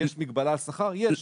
יש מגבלה על שכר יש.